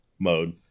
mode